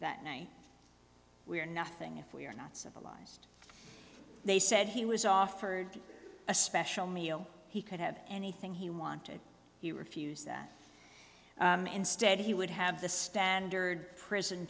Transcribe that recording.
that night we are nothing if we are not civilized they said he was offered a special meal he could have anything he wanted he refused that instead he would have the standard prison